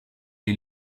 les